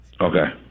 Okay